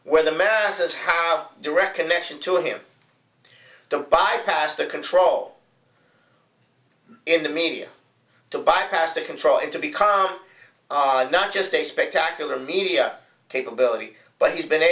where the masses have direct connection to him to bypass the control in the media to bypass the control and to become not just a spectacular media capability but he's been